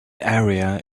area